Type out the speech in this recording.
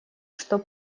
что